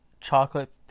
chocolate